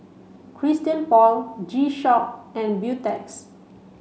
Christian Paul G Shock and Beautex